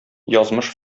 язмыш